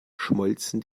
schmolzen